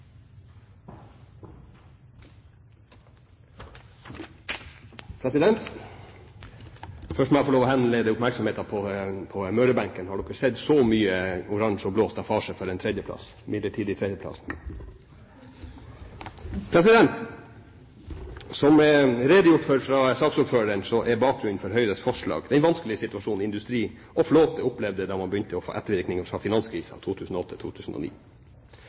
til. Først må jeg få lov til å henlede oppmerksomheten på Møre-benken. Har dere sett så mye oransje og blå staffasje for en midlertidig tredjeplass? Som redegjort for fra saksordføreren er bakgrunnen for Høyres forslag den vanskelige situasjonen industri og flåte opplevde da man begynte å få ettervirkningene av finanskrisen i 2008 og 2009.